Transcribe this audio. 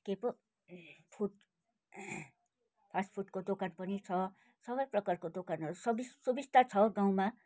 के पो food fast फुडको दोकान पनि छ सबै प्रकारको दोकानहरू सब सुविस्ता छ गाउँमा